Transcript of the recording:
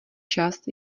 čas